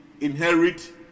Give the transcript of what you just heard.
inherit